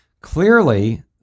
Clearly